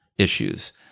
issues